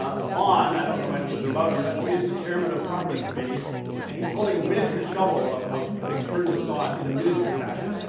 ah vaughn, i don't know anything about him, but he is the chairman of property committee and he's holding a miniature shovel of of having turned the sod in a miniature fashion,